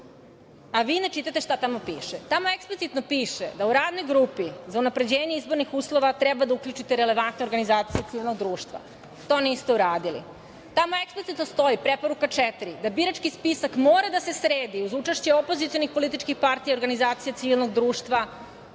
a vi ne čitate šta tamo piše. Tamo eksplicitno piše da u Radnoj grupi za unapređenje izbornih uslova treba da uključite relevantna organizaciona društva. To niste uradili. Tamo eksplicitno stoji, preporuka 4, da birački spisak mora da se sredi uz učešće opozicionih političkih partija i organizacija civilnog društva.